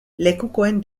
lekukoen